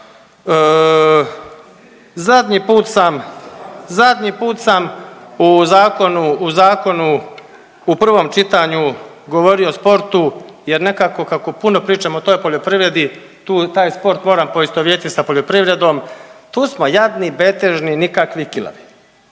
zadnji put sam u zakonu, u zakonu u prvom čitanju govorio o sportu jer nekako kako puno pričam o toj poljoprivredi tu, taj sport moram poistovjetiti sa poljoprivrednom. Tu smo jadni, betežni, nikakvi, kilavi.